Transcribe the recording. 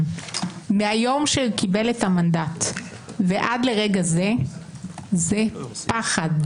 מהיום שקיבל את המנדט ועד לרגע זה זה פחד.